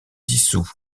dissous